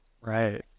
Right